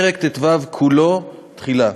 ובפרק ט"ו כולו (תחילה).